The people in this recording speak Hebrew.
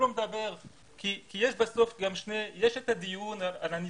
יש הדיון על הנצרכים.